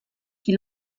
qui